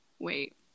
wait